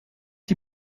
die